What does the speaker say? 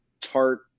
tart